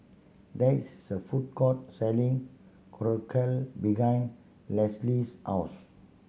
there is a food court selling Korokke behind Leslee's house